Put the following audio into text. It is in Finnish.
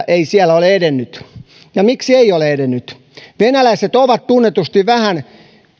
ei siellä ole edennyt ja miksi ei ole edennyt venäläiset ovat tunnetusti vähän